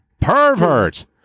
pervert